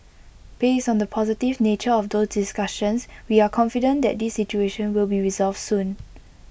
based on the positive nature of those discussions we are confident that this situation will be resolved soon